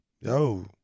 yo